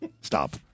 stop